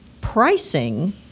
pricing